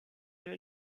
cas